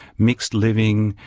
mixed living,